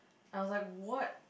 I was like what